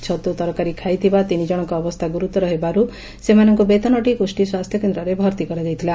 ଛତୁ ତରକାରୀ ଖାଇଥିବା ତିନି ଜଶଙ୍ଙ ଅବସ୍ଥା ଗୁରୁତର ହେବାରୁ ସେମାନଙ୍କୁ ବେତନଟୀ ଗୋଷ୍ବୀ ସ୍ୱାସ୍ଥ୍ୟକେନ୍ଦ୍ରରେ ଭର୍ତ୍ତି କରାଯାଇଥିଲା